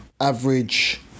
average